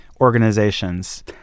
organizations